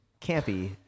campy